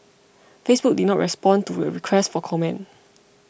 Facebook did not respond to a request for comment